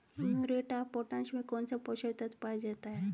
Muriate of potash में कौन सा पोषक तत्व पाया जाता है?